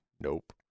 Nope